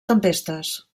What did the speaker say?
tempestes